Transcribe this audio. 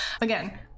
again